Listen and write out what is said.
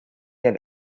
have